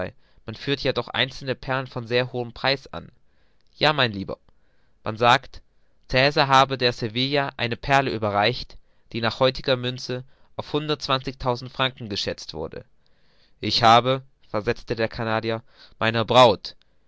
man führt ja doch einzelne perlen von sehr hohem preis an ja lieber man sagt cäsar habe der servilia eine perle überreicht die nach heutiger münze auf hundertundzwanzigtausend franken geschätzt wurde ich habe versetzte der canadier meiner braut